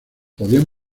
podían